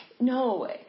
No